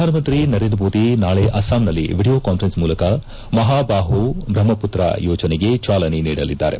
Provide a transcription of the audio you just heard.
ಪ್ರಧಾನಮಂತ್ರಿ ನರೇಂದ್ರ ಮೋದಿ ನಾಳೆ ಅಸ್ಸಾಂನಲ್ಲಿ ವಿಡಿಯೊ ಕಾನ್ಫರನ್ಸ್ ಮೂಲಕ ಮಹಾಬಾಹು ಬ್ರಹ್ಮಪುತ್ರ ಯೋಜನೆಗೆ ಚಾಲನೆ ನೀಡಲಿದ್ದಾರೆ